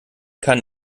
kann